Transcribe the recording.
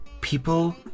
people